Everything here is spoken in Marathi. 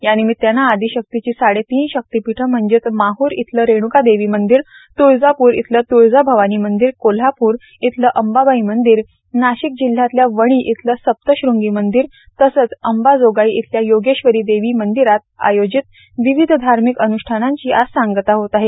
या निमित्तानं आदिशक्तीची साडे तीन शक्तीपीठं म्हणजेच माह्र इथलं रेण्का देवी मंदीर त्ळजापूर इथलं त्ळजा भवानी मंदीर कोल्हापूर इथलं अंबाबाई मंदीर नाशिक जिल्हयातल्या वणी इथलं सप्तश्रंगी मंदीर तसंच अंबाजोगाई इथल्या योगेश्वरी देवी मंदिरात आयोजित विविध धार्मिक अनुष्ठानांची आज सांगता होत आहे